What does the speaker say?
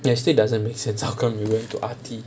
it still doesn't make sense how come you went to arty